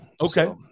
Okay